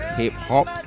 hip-hop